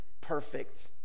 perfect